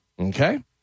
Okay